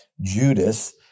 Judas